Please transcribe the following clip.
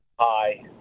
Hi